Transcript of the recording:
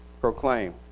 proclaim